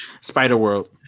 Spider-World